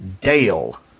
Dale